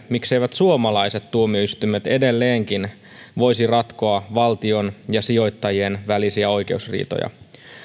mikseivät suomalaiset tuomioistuimet edelleenkin voisi ratkoa valtion ja sijoittajien välisiä oikeusriitoja